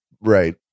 Right